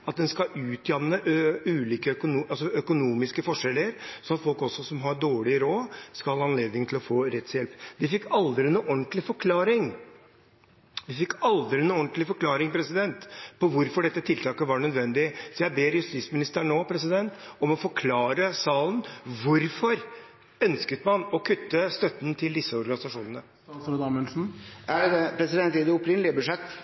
den skal utjevne økonomiske forskjeller, slik at også folk som har dårlig råd, skal ha anledning til å få rettshjelp. Vi fikk aldri noen ordentlig forklaring på hvorfor dette tiltaket var nødvendig, så jeg ber justisministeren om nå å forklare salen hvorfor man ønsket å kutte støtten til disse organisasjonene.